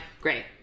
great